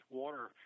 water